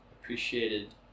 appreciated